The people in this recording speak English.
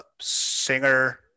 singer